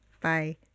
Bye